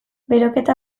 beroketa